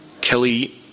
Kelly